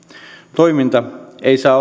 toiminta ei saa